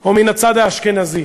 או מהצד האשכנזי?